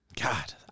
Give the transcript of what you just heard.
God